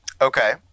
Okay